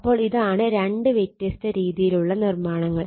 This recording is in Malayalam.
അപ്പോൾ ഇതാണ് രണ്ട് വ്യത്യസ്ത രീതിയിലുള്ള നിർമ്മാണങ്ങൾ